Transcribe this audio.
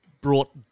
brought